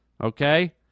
Okay